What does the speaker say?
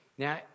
Now